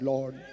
Lord